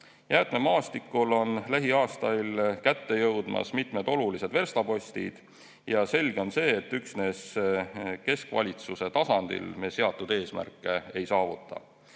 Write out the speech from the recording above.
Jäätmemaastikul on lähiaastail kätte jõudmas mitmed olulised verstapostid. Selge on see, et üksnes keskvalitsuse tasandil me seatud eesmärke ei saavuta.